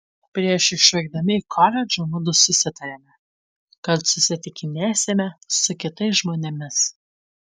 prieš išvykdami į koledžą mudu sutarėme kad susitikinėsime su kitais žmonėmis